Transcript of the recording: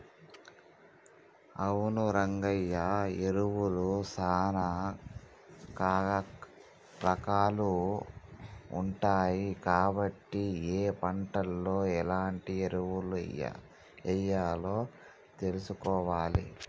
అవును రంగయ్య ఎరువులు సానా రాకాలు ఉంటాయి కాబట్టి ఏ పంటలో ఎలాంటి ఎరువులెయ్యాలో తెలుసుకోవాలి